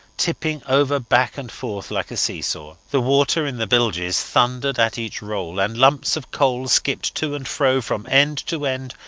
tipping over back and forth like a see-saw. the water in the bilges thundered at each roll, and lumps of coal skipped to and fro, from end to end,